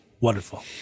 wonderful